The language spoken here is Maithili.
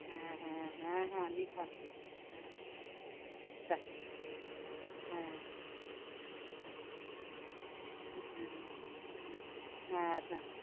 हँ हँ हँ हँ लिखल छै हँ हँ अच्छा हँ हँ हँ हँ हँ तऽ